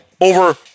over